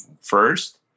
first